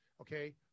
okay